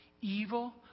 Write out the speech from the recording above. evil